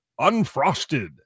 unfrosted